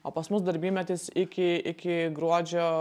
o pas mus darbymetis iki iki gruodžio